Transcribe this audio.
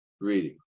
reading